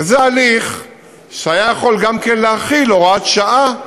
וזה הליך שהיה יכול גם כן להחיל הוראת שעה שתאמר: